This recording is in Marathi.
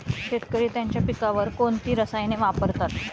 शेतकरी त्यांच्या पिकांवर कोणती रसायने वापरतात?